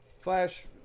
Flash